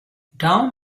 down